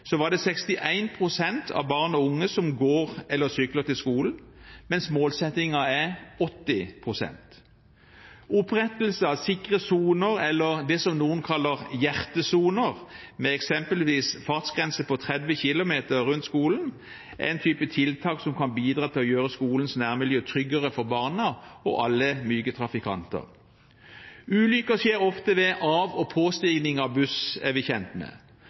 det 61 pst. av barn og unge som går eller sykler til skolen, mens målsettingen er 80 pst. Opprettelse av sikre soner, eller det som noen kaller «hjertesoner», med eksempelvis fartsgrense på 30 km/t rundt skolen, er en type tiltak som kan bidra til å gjøre skolens nærmiljø tryggere for barna og alle myke trafikanter. Ulykker skjer ofte ved av- og påstigning på buss,